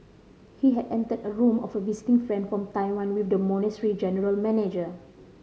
he had entered a room of a visiting friend from Taiwan with the monastery general manager